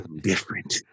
different